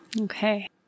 Okay